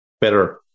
better